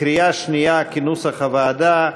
כנוסח הוועדה.